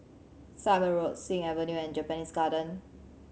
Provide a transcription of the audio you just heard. Simon Road Sing Avenue and Japanese Garden